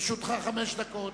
לרשותך חמש דקות,